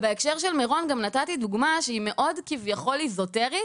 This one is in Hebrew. בהקשר של מירון נתתי דוגמה שהיא כביכול אזוטרית